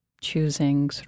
choosing